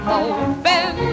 open